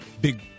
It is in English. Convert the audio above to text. Big